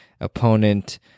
opponent